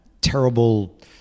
Terrible